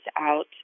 out